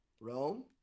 Rome